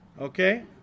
Okay